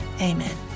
Amen